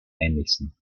ähnlichsten